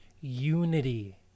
unity